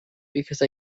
because